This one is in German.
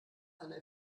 einer